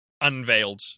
unveiled